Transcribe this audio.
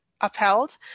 upheld